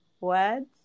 words